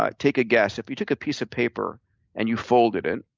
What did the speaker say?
ah take a guess. if you took a piece of paper and you folded it.